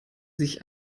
sich